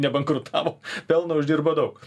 nebankrutavo pelno uždirbo daug